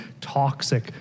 toxic